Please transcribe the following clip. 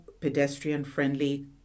pedestrian-friendly